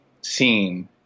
scene